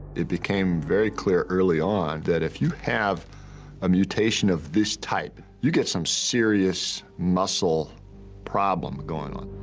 it became very clear, early on, that if you have a mutation of this type, you get some serious muscle problem going on.